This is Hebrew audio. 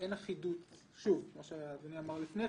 אני לא מעלה על דעתי שהמדינה על שני סעיפים